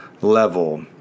level